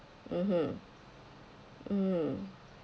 mmhmm mm